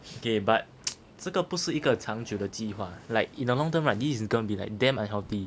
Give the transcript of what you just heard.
okay but 这个不是一个长久的计划 like in a long term like this is gonna be like damn unhealthy